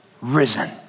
risen